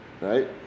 Right